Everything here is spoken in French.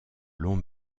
long